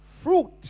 fruit